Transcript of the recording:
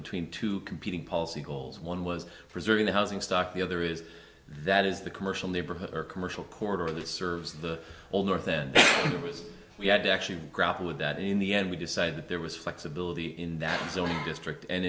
between two competing policy goals one was preserving the housing stock the other is that is the commercial neighborhood or commercial corridor that serves the whole north then we had to actually grapple with that in the end we decided that there was flexibility in that zone district and